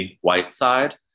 Whiteside